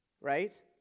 Right